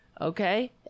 Okay